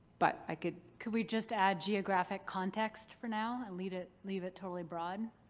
but i could. could we just add, geographic context for now and leave it leave it totally broad?